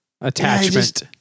Attachment